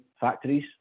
factories